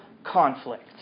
Conflict